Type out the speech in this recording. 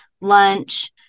lunch